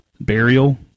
Burial